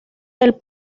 del